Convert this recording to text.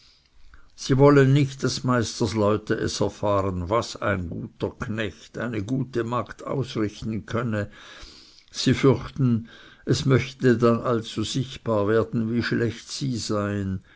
sie wollen nicht daß meisterleute es erfahren was ein guter knecht eine gute magd ausrichten könne sie fürchten es möchte dann allzu sichtbar werden wie schlecht sie seien